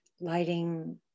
lighting